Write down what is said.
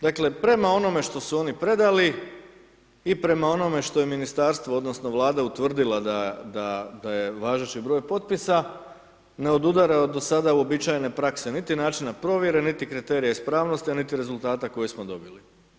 Dakle, prema onome što su oni predali, i prema onome što je Ministarstvo, odnosno Vlada utvrdila da, da je važeći broj potpisa, ne odudara od do sada uobičajene prakse, niti načina provjere, niti kriterija ispravnosti, a niti rezultata koji smo dobili.